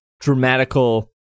dramatical